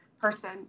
person